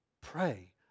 Pray